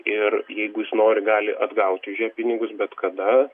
ir jeigu jis nori gali atgauti už ją pinigus bet kada